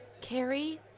Carrie